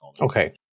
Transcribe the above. Okay